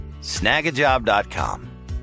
Snagajob.com